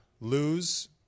Lose